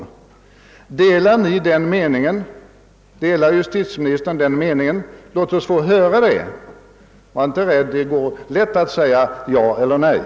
Delar Ni, herr finansminister, denna mening? Delar justitieministern den meningen? Låt oss få höra det! Var inte rädda, det går lätt att säga ja eller nej!